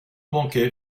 banquet